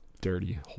dirty